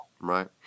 right